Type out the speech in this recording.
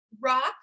Rock